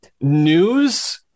news